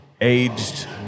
aged